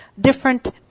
different